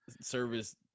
service